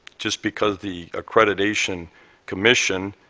just because the accreditation commission